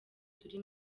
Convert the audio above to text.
turi